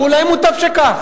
נכון, ואולי מוטב שכך.